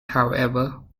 however